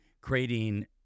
creating